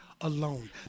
alone